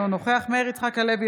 אינו נוכח מאיר יצחק הלוי,